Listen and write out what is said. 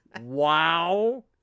Wow